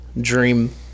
dream